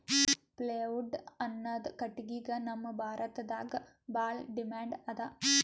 plywood ಅನ್ನದ್ ಕಟ್ಟಗಿಗ್ ನಮ್ ಭಾರತದಾಗ್ ಭಾಳ್ ಡಿಮ್ಯಾಂಡ್ ಅದಾ